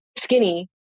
skinny